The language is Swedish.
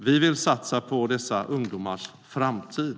Vi vill satsa på dessa ungdomars framtid.